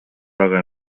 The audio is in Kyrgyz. дагы